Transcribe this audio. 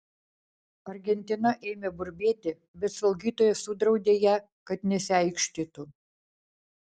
argentina ėmė burbėti bet slaugytoja sudraudė ją kad nesiaikštytų